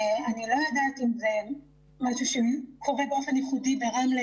אני לא יודעת אם זה משהו שקורה באופן ייחודי ברמלה,